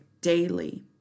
daily